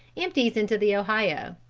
empties into the ohio.